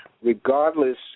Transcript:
Regardless